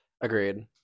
Agreed